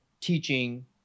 teaching